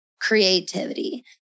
creativity